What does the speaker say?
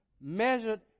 Measured